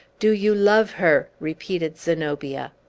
do you love her? repeated zenobia.